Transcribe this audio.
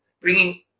bringing